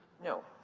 no,